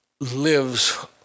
lives